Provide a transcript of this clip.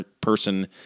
person